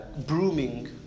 brooming